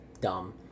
dumb